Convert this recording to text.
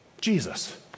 Jesus